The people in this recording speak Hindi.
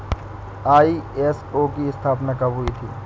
आई.एस.ओ की स्थापना कब हुई थी?